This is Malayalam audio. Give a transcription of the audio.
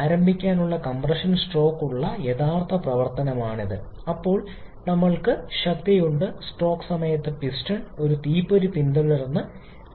ആരംഭിക്കാനുള്ള കംപ്രഷൻ സ്ട്രോക്ക് ഉള്ള യഥാർത്ഥ പ്രവർത്തനമാണിത് അപ്പോൾ നമ്മൾക്ക് ശക്തിയുണ്ട് സ്ട്രോക്ക് സമയത്ത് പിസ്റ്റൺ ഒരു തീപ്പൊരി പിന്തുടർന്ന്